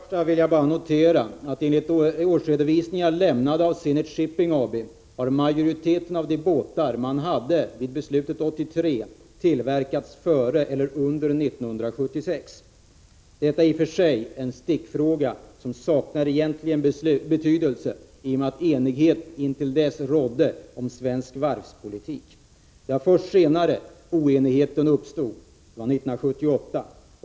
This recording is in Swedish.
Herr talman! Jag vill bara notera att enligt årsredovisningar lämnade av Zenit Shipping AB har majoriteten av de båtar bolaget innehade vid tiden för 1983 års beslut tillverkats före eller under 1976. Detta är i och för sig en stickfråga som saknar egentlig betydelse i och med att enighet intill dess rådde om svensk varvspolitik. Det var först senare oenigheten uppstod, nämligen 1978.